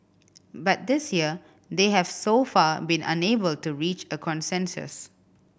but this year they have so far been unable to reach a consensus